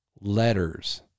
letters